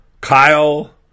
Kyle